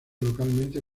localmente